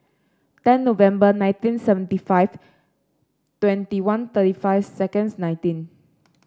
ten November nineteen seventy five twenty one thirty five seconds nineteen